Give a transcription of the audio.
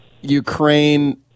Ukraine